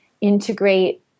integrate